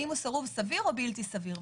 האם הוא סירוב סביר או בלתי סביר.